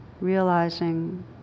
realizing